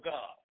God